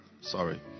Sorry